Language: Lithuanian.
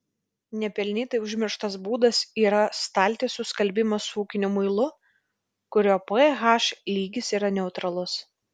nepelnytai užmirštas būdas yra staltiesių skalbimas su ūkiniu muilu kurio ph lygis yra neutralus